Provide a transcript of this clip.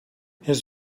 his